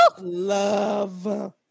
Love